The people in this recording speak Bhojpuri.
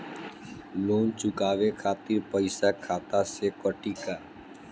लोन चुकावे खातिर पईसा खाता से कटी का?